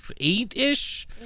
eight-ish